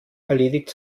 erledigt